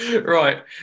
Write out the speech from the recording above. Right